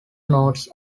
notes